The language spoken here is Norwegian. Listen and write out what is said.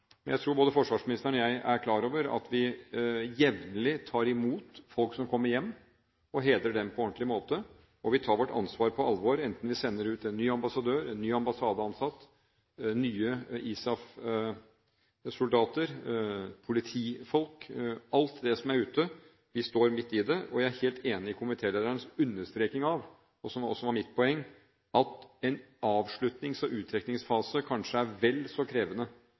Jeg tror både forsvarsministeren og jeg er klar over at vi jevnlig tar imot folk som kommer hjem, og hedrer dem på ordentlig måte, og vi tar vårt ansvar på alvor, enten vi sender ut en ny ambassadør, en ny ambassadeansatt, nye ISAF-soldater eller politifolk – alle dem som er ute, vi står midt i det. Jeg er helt enig med komitélederens understrekning av, som også er mitt poeng, at en avslutnings- og uttrekningsfase kanskje er vel så krevende